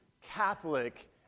Catholic